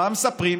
מה מספרים?